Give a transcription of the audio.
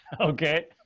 Okay